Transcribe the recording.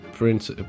prince